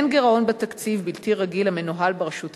אין גירעון בתקציב בלתי רגיל המנוהל ברשות המקומית,